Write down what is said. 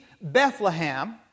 Bethlehem